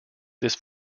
this